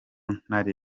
ntare